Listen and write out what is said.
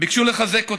שביקשו לחזק אותי.